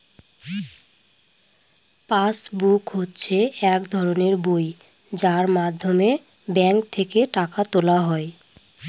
pass book হচ্ছে এক ধরনের বই যার মাধ্যমে ব্যাঙ্ক থেকে টাকা তোলা হয়